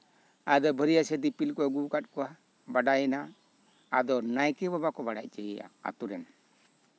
ᱟᱫᱚ ᱵᱷᱟᱹᱨᱭᱟᱹᱥᱮ ᱫᱤᱯᱤᱞ ᱠᱚ ᱟᱹᱜᱩ ᱠᱟᱜ ᱠᱚᱣᱟ ᱵᱟᱰᱟᱭᱮᱱᱟ ᱟᱫᱚ ᱱᱟᱭᱠᱮ ᱵᱟᱵᱟ ᱠᱚ ᱵᱟᱲᱟᱭ ᱦᱚᱪᱚᱭᱮᱭᱟ ᱟᱛᱳ ᱨᱮᱱ